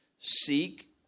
Seek